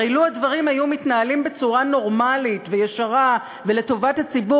הרי לו הדברים היו מתנהלים בצורה נורמלית וישרה ולטובת הציבור,